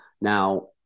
Now